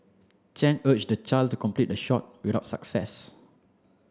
Chen urged the child to complete the shot without success